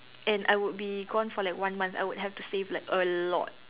and I would be gone for like one month I would have to save like a lot